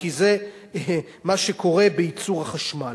כי זה מה שקורה בייצור החשמל.